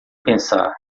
pensar